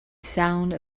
sound